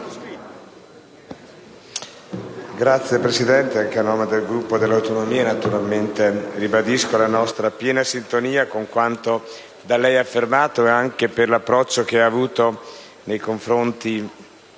del Consiglio, anche a nome del Gruppo Per le Autonomie ribadisco la nostra piena sintonia con quanto da lei affermato, anche per l'approccio che ha avuto nei confronti